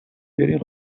برین